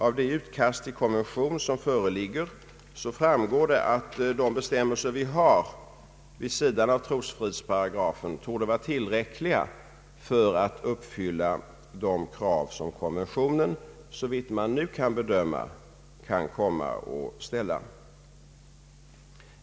Av det utkast till konvention som föreligger framgår att de bestämmelser vi har vid sidan av trosfridsparagrafen torde vara tillräckliga för att uppfylla de krav som konventionen, såvitt nu kan bedömas, kan komma att ställa.